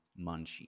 munchie